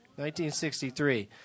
1963